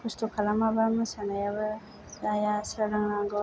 खस्त' खालामाबा मोसानायाबो जाया सोलोंनांगौ